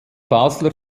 basler